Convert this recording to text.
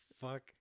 fuck